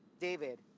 David